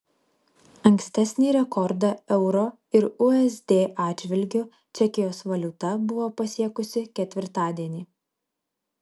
ankstesnį rekordą euro ir usd atžvilgiu čekijos valiuta buvo pasiekusi ketvirtadienį